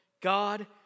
God